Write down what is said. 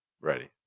Ready